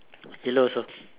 yellow also